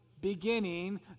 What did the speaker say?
beginning